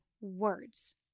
words